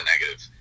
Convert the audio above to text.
negative